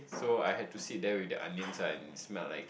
so I had to sit there with the onions and smell like